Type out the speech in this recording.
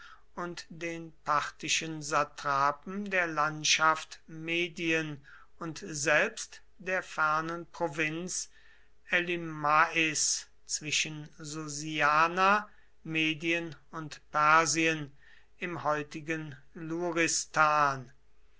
und den parthischen satrapen der landschaft medien und selbst der fernen provinz elymais zwischen susiana medien und persien im heutigen